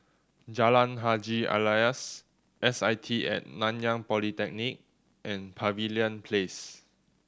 Jalan Haji Alias S I T At Nanyang Polytechnic and Pavilion Place